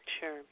Sure